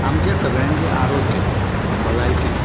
आमचें सगळ्यांचें आरोग्य भलायकी